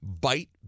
Bite